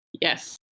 Yes